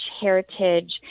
heritage